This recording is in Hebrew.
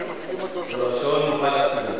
אל תדאג.